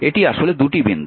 এটি আসলে 2 টি বিন্দু